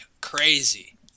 crazy